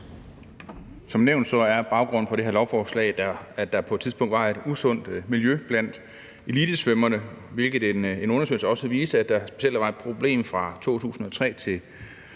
Som nævnt er baggrunden for det her lovforslag, at der på et tidspunkt var et usundt miljø blandt elitesvømmerne, og en undersøgelse viste også, at der specielt var et problem fra 2003 til 2013,